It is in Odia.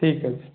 ଠିକ ଅଛି